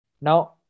Now